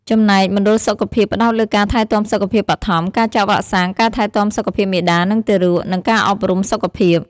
ចំណែក មណ្ឌលសុខភាពផ្តោតលើការថែទាំសុខភាពបឋម ការចាក់វ៉ាក់សាំង ការថែទាំសុខភាពមាតា និងទារក និងការអប់រំសុខភាព។